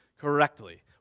correctly